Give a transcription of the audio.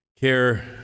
care